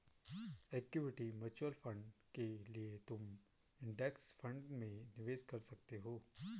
equity mutual fund के लिए तुम इंडेक्स फंड में निवेश कर सकते हो